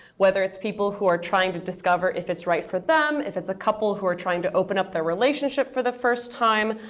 whether it's people who are trying to discover if it's right for them, if it's a couple who are trying to open up their relationship for the first time.